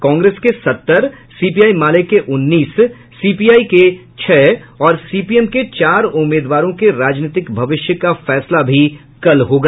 कांग्रेस के सत्तर सीपीआई माले के उन्नीस सीपीआई के छह और सीपीएम के चार उम्मीदवारों के राजनीतिक भविष्य का फैसला भी कल होगा